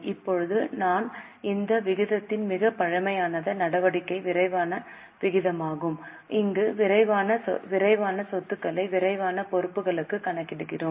இப்போது இந்த விகிதத்தின் மிகவும் பழமைவாத நடவடிக்கை விரைவான விகிதமாகும் அங்கு விரைவான சொத்துக்களை விரைவான பொறுப்புகளுக்கு கணக்கிடுகிறோம்